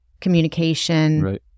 communication